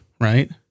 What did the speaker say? right